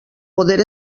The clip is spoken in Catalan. poder